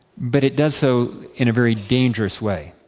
but it does so in a very dangerous way.